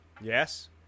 Yes